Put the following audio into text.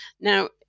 Now